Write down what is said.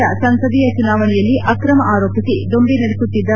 ಜಿಂಬಾಬ್ಲೆಯ ಸಂಸದೀಯ ಚುನಾವಣೆಯಲ್ಲಿ ಅಕ್ರಮ ಆರೋಪಿಸಿ ದೊಂಬಿ ನಡೆಸುತ್ತಿದ್ದ